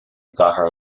gcathair